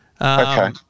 Okay